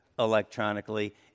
electronically